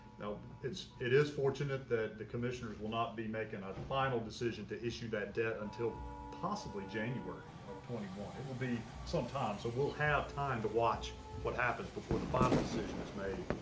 now it's it is fortunate that the commissioners will not be making a final decision. to issue that debt until possibly january of twenty one, it will be some time so we'll have time to watch what happens before the final decision is made.